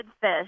fish